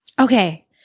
okay